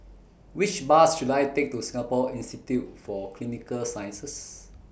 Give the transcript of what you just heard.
Which Bus should I Take to Singapore Institute For Clinical Sciences